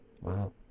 Wow